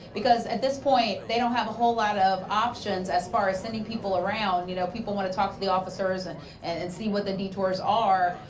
because at this point, they don't have a whole lot of options as far as sending people around. you know people want to talk with the officers and and and see what the detours are.